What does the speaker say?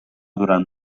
durant